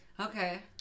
Okay